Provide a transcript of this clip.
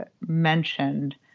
mentioned